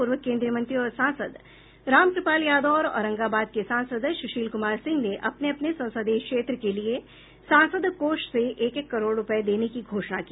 पूर्व केन्द्रीय मंत्री और सांसद रामकृपाल यादव और औरंगाबाद के सांसद सुशील कुमार सिंह ने अपने अपने संसदीय क्षेत्र के लिए सांसद कोष से एक एक करोड़ रुपये देने की घोषणा की